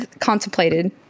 contemplated